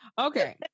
okay